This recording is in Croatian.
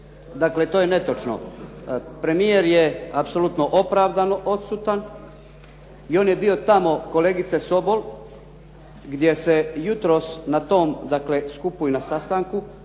Dakle, to je netočno. Premijer je apsolutno opravdano odsutan i on je bio tamo, kolegice Sobol gdje se jutros na tom, dakle skupu i na sastanku